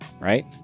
right